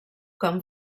com